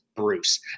Bruce